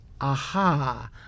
aha